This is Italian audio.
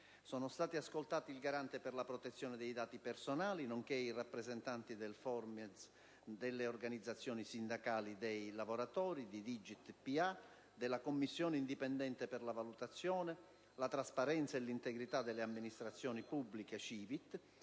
Sono stati ascoltati il Garante per la protezione dei dati personali, nonché i rappresentanti del Formez PA, delle organizzazioni sindacali dei lavoratori, di DigitPA, della Commissione indipendente per la valutazione, la trasparenza e l'integrità delle amministrazioni pubbliche (CiVIT),